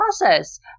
process